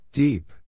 Deep